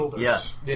Yes